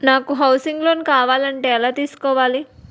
నాకు housing loan కావాలంటే ఎలా తీసుకోవాలి?